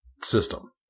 system